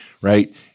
right